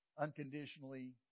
unconditionally